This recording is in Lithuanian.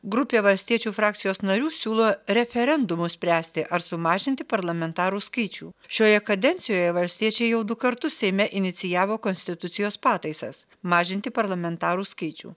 grupė valstiečių frakcijos narių siūlo referendumu spręsti ar sumažinti parlamentarų skaičių šioje kadencijoje valstiečiai jau du kartus seime inicijavo konstitucijos pataisas mažinti parlamentarų skaičių